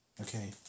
okay